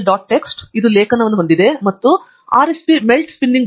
text ಇದು ಲೇಖನವನ್ನು ಮತ್ತು ನಂತರ ಆರ್ಎಸ್ಪಿಮೆಲ್ಟ್ಸ್ಪಿನ್ನಿಂಗ್